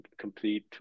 complete